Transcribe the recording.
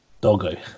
Doggo